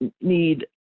need